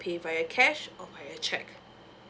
pay via cash or via cheque